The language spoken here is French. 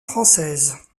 française